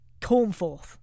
Cornforth